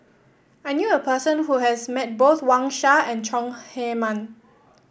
I knew a person who has met both Wang Sha and Chong Heman